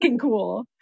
cool